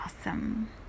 awesome